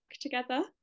together